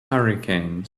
hurricanes